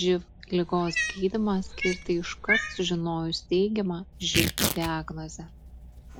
živ ligos gydymą skirti iškart sužinojus teigiamą živ diagnozę